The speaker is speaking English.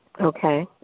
Okay